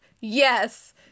yes